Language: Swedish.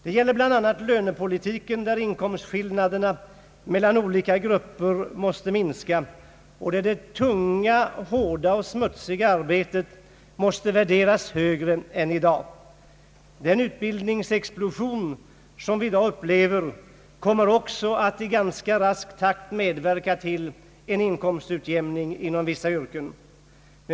Det gäller bl.a. lönepolitiken, där inkomstskillnaderna mellan olika grupper måste minska och där de tunga, hårda och smutsiga jobben måste värderas högre än i dag. Den utbildningsexplosion vi i dag upplever kommer också att i ganska rask takt medverka till en inkomstutjämning inom vissa yrken.